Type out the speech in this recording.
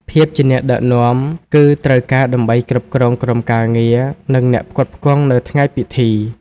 ភាពជាអ្នកដឹកនាំ គឺត្រូវការដើម្បីគ្រប់គ្រងក្រុមការងារ និងអ្នកផ្គត់ផ្គង់នៅថ្ងៃពិធី។